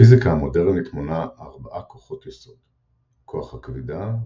הפיזיקה המודרנית מונה ארבעה כוחות יסוד כוח הכבידה,